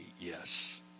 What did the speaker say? yes